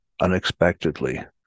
unexpectedly